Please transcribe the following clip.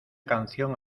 canción